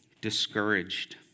discouraged